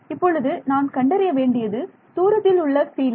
இப்பொழுது நான் கண்டறிய வேண்டியது தூரத்திலுள்ள பீல்டு